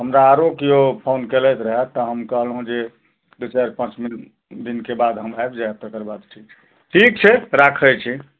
हमरा आरो केओ फोन कयलथि रहए तऽ हम कहलहुॅं जे दू चारि पाँच दिनके बाद हम आबि जाएब तकरबाद ठीक ठीक छै राखै छी